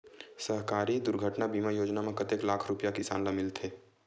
सहकारी दुर्घटना बीमा योजना म कतेक लाख रुपिया किसान ल मिलथे?